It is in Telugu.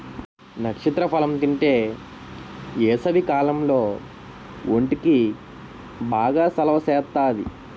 నక్షత్ర ఫలం తింతే ఏసవికాలంలో ఒంటికి బాగా సలవ సేత్తాది